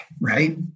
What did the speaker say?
Right